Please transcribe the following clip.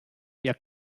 ihr